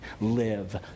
live